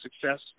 success